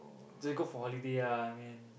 they go for holiday ah I mean